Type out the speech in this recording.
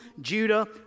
Judah